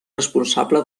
responsable